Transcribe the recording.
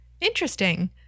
Interesting